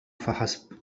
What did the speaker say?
فحسب